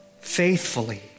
faithfully